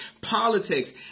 politics